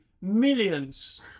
millions